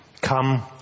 Come